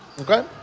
Okay